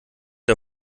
der